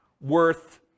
worth